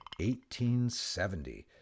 1870